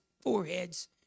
foreheads